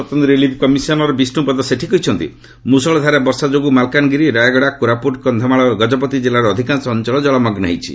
ସ୍ୱତନ୍ତ୍ର relief commissioner Bishnupada Sethi କହିଛନ୍ତି ମୁଷଳ ଧାରାରେ ବର୍ଷା ଯୋଗୁଁ ମାଲକାନଗିରି ରାୟଗଡ଼ା କୋରାପୁଟ୍ କନ୍ଧମାଳ ଓ ଗଜପତି ଜିଲ୍ଲାର ଅଧିକାଂଶ ଅଞ୍ଚଳ ଜଳମଗ୍ନ ହୋଇଛି